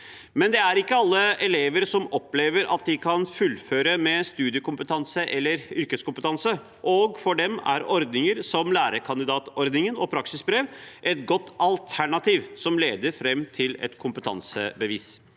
Men det er ikke alle elever som opplever at de kan fullføre med studiekompetanse eller yrkeskompetanse, og for dem er ordninger som lærekandidatordningen og praksisbrev et godt alternativ, som leder fram til et kompetansebevis.